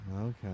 Okay